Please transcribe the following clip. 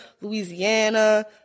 Louisiana